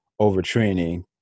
overtraining